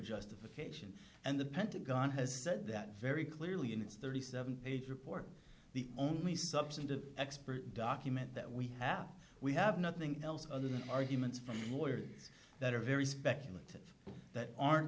justification and the pentagon has said that very clearly in its thirty seven page report the only substantive expert document that we have we have nothing else other than arguments from lawyers that are very speculative that aren't